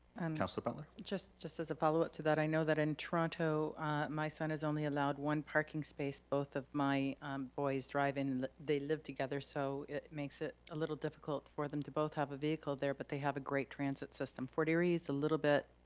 and councilor butler? just just as a followup to that, i know that in toronto my son is only allowed one parking space. both of my boys drive in, they live together, so it makes it a little difficult for them to both have a vehicle there, but they have a great transit system. fort erie's a little bit